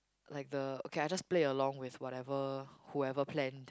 like the okay I just play along with whatever whoever planed